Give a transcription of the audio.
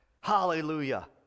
Hallelujah